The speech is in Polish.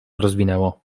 rozwinęło